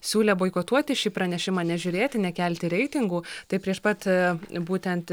siūlė boikotuoti šį pranešimą nežiūrėti nekelti reitingų tai prieš pat aa būtent